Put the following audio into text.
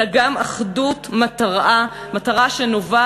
אלא גם אחדות מטרה שנובעת